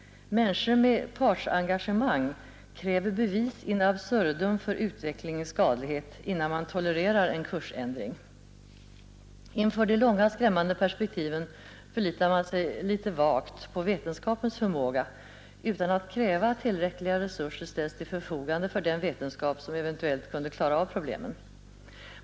Människor med partsengagemang kräver bevis in absurdum för utvecklingens skadlighet, innan man tolererar en kursändring. Inför de långa skrämmande perspektiven förlitar man sig litet vagt på vetenskapens förmåga utan att kräva att tillräckliga resurser ställs till förfogande för den vetenskap som eventuellt kunde klara av problemen.